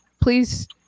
please